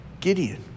Gideon